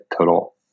total